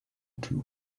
two